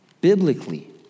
biblically